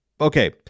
Okay